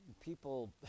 people